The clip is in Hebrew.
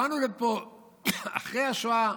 באנו לפה אחרי השואה,